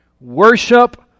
Worship